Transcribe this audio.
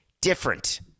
different